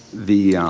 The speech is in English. the